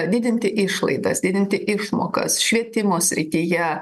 didinti išlaidas didinti išmokas švietimo srityje